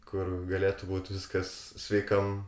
kur galėtų būt viskas sveikam